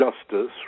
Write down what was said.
justice